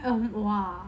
oh !wow!